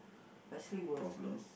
actually worthless